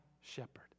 shepherd